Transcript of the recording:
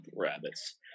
rabbits